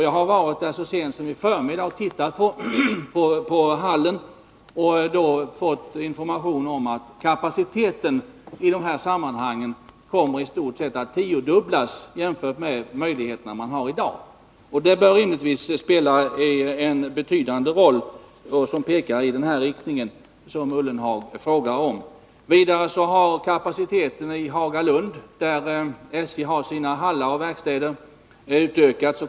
Jag har så sent som i förmiddags varit och tittat på hallen och då fått information om att kapaciteten i stort sett kommer att tiodubblas jämfört med de möjligheter man har i dag. Det bör rimligtvis spela en betydande roll och peka i den riktning som både herr Ullenhag och jag önskar. Vidare har kapaciteten i Hagalund, där SJ har sina hallar och verkstäder, utökats.